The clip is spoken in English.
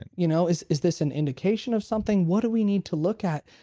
and you know is is this an indication of something? what do we need to look at?